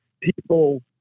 people